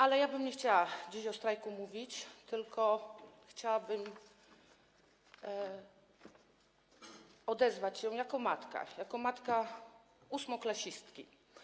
Ale ja bym nie chciała dziś o strajku mówić, tylko chciałabym odezwać się jako matka, jako matka ósmoklasistki.